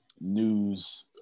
news